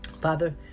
Father